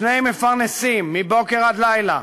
שני מפרנסים מבוקר עד לילה,